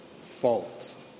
fault